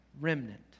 remnant